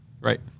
Right